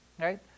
right